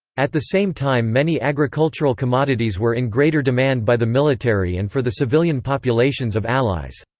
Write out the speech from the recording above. at the same time many agricultural commodities were in greater demand by the military and for the civilian populations of allies.